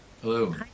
Hello